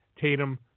Tatum